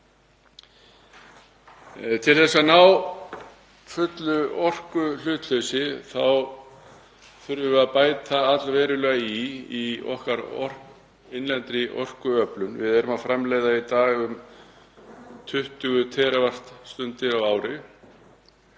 Til að ná fullu orkuhlutleysi þurfum við að bæta allverulega í í okkar innlendu orkuöflun. Við erum að framleiða í dag um 20 TWst á ári.